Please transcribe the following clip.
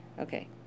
Okay